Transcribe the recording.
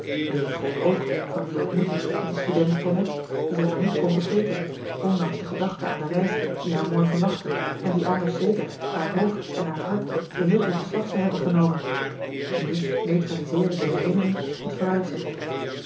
en dit gold ook van die ontmoeting met den student tonnette die zij maar niet kon vergeten ondanks de gedachte aan de reis die haar morgen wachtte en die anders zeker haar hoofd en haar hart geheel in beslag zou hebben genomen nu neutraliseerde de herinnering het vooruitzicht